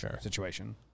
situation